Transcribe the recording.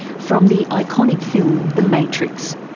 from the iconic film the matrix.